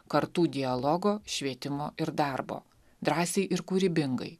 kartų dialogo švietimo ir darbo drąsiai ir kūrybingai